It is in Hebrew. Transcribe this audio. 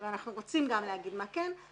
ואנחנו רוצים גם להגיד מה כן.